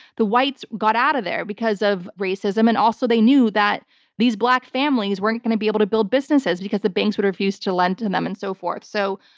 the whites got out of there because of racism, and also they knew that these black families weren't going to be able to build businesses because the banks would refuse to lend to them and so forth. so,